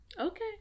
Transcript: Okay